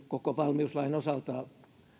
koko valmiuslain osalta